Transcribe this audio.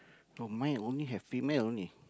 oh mine only have female only